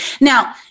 Now-